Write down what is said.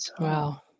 Wow